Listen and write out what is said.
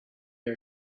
are